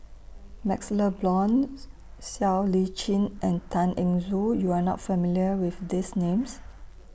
MaxLe Blond Siow Lee Chin and Tan Eng Joo YOU Are not familiar with These Names